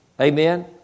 Amen